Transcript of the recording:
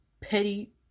petty